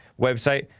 website